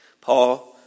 Paul